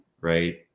right